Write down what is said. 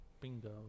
Bingo